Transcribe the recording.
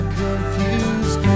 confused